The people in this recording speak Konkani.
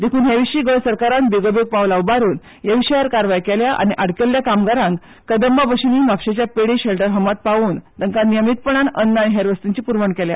देखून हे विशीं गोंय सरकारान बेगोबेग पावलां उबारून ह्या विशयाचेर कारवाय केल्या आनी शिरकल्ल्या कामगारांक कदंबा बशींनी म्हापशेंच्या पेडें शेल्टर होमांत पावोवन तांकां नियमीतपणान अन्न आनी हेर वस्तूंची पुरवण केल्या